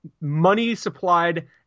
money-supplied